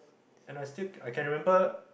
and I still I can remember